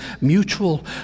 mutual